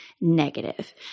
negative